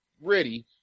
ready